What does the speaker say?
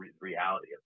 reality